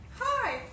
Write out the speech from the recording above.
hi